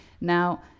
Now